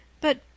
But